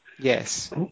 Yes